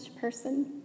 person